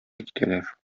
китәләр